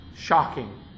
shocking